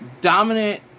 dominant